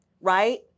right